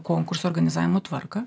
konkursų organizavimo tvarką